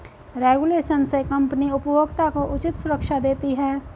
regulation से company उपभोक्ता को उचित सुरक्षा देती है